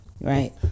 right